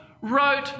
wrote